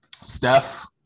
Steph